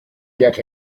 get